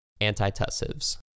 Antitussives